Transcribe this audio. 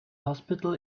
hospital